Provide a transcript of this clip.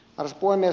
arvoisa puhemies